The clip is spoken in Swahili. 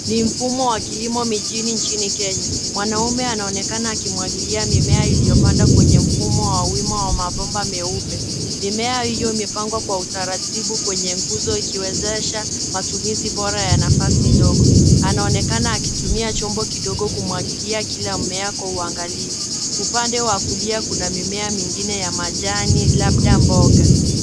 Ni mfumo wa kilimo mjini nchini Kenya. Mwanaume anaonekana akimwangilia mimea iliyopandwa kwenye mfumo wa wima wa mabomba meupe. Mimea hiyo, imepangwa kwa utaratibu kwenye nguzo ikiwezesha matumizi bora ya nafasi ndogo. Anaonekana akitumia chombo kidogo kumwangilia kila mmea kwa uangalifu. Upande wa kulia kuna mimea mingine ya majani labda mboga.